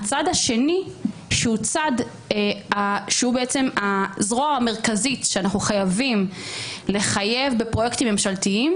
הצד השני שהוא הזרוע המרכזית שאנחנו חייבים לחייב בפרויקטים ממשלתיים